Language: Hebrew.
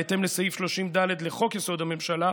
בהתאם לסעיף 30(ד) לחוק-יסוד: הממשלה,